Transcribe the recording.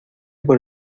por